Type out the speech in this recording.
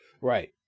Right